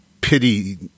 pity